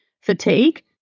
fatigue